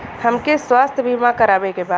हमके स्वास्थ्य बीमा करावे के बा?